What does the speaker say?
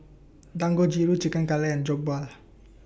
Dangojiru Chicken Cutlet and Jokbal